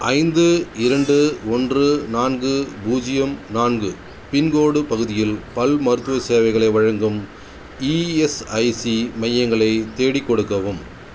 ஐந்து இரண்டு ஒன்று நான்கு பூஜ்ஜியம் நான்கு பின்கோட் பகுதியில் பல் மருத்துவச் சேவைகளை வழங்கும் இஎஸ்ஐசி மையங்களை தேடிக் கொடுக்கவும்